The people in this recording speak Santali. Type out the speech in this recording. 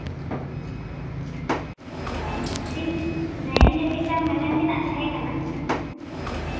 ᱚ ᱤᱧ ᱦᱮᱸ ᱤᱧᱟᱹᱜ ᱢᱤᱫᱴᱟᱱ ᱢᱮᱢᱮᱱ ᱛᱮᱱᱟᱜ ᱛᱟᱦᱮᱸᱠᱟᱱᱟ